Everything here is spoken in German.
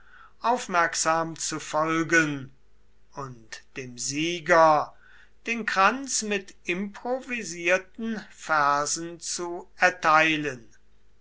aufmerksam zu folgen und dem sieger den kranz mit improvisierten versen zu erteilen